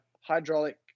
hydraulic